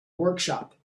workshop